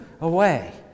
away